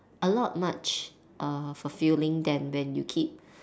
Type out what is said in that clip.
a lot much uh fulfilling than when you keep